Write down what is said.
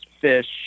fish